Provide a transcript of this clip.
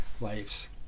lives